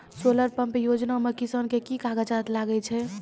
Solar pump योजना म किसान के की कागजात लागै छै?